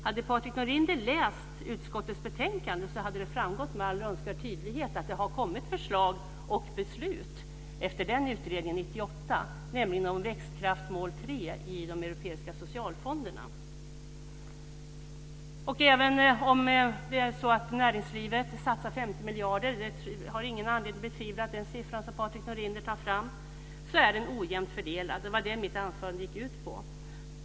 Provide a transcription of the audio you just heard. Hade han läst utskottets betänkande skulle det ha framgått med all önskvärd tydlighet att det har kommit förslag och beslut efter utredningen 1998, nämligen om Även om det är så att näringslivet satsar 50 miljarder - jag har ingen anledning att betvivla den summa som Patrik Norinder tar fram - är den ojämnt fördelad. Det var det mitt anförande gick ut på.